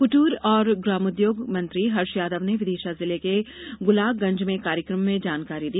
कृटीर और ग्रामोद्योग मंत्री हर्ष यादव ने विदिशा जिले के गुलाग गंजे में एक कार्यक्रम में ये जानकारी दी